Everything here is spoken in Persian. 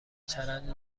چرند